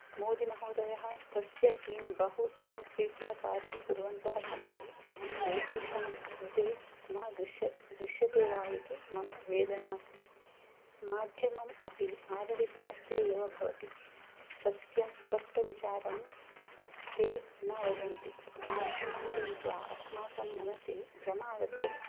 मोदिमहोदयः तस्य किं बहु सम्यक्रीत्या कार्यं कुर्वन्तः सन्ति एतेषां कृते न दुश्य न दृश्यते वा इति मम वेदना अस्ति माध्यमम् अपि आडलितहस्ते एव भवति सत्यस्पष्टविचारं ते न वदन्ति माध्यमं दृष्ट्वा अस्माकं मनसि भ्रम आगच्छति